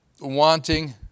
wanting